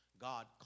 God